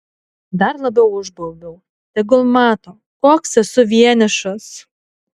dar labiau užbaubiau tegul mato koks esu vienišas